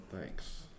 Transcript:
Thanks